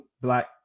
black